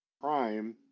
Prime